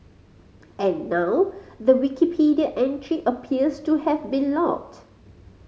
and now the Wikipedia entry appears to have been locked